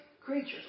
creatures